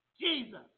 Jesus